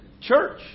church